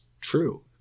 true